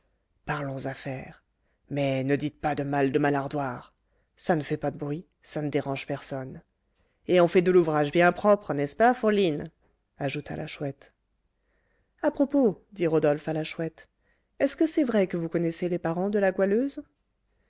parlons affaires mais ne dites pas de mal de ma lardoire ça ne fait pas de bruit ça ne dérange personne et on fait de l'ouvrage bien propre n'est-ce pas fourline ajouta la chouette à propos dit rodolphe à la chouette est-ce que c'est vrai que vous connaissez les parents de la goualeuse